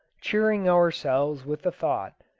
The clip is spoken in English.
cheering ourselves with the thought,